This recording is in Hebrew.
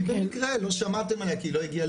היא במקרה לא שמעתם עליה כי היא לא הגיעה